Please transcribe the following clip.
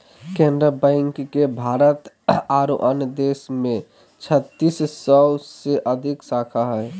Canara bank के भारत आरो अन्य देश में छत्तीस सौ से अधिक शाखा हइ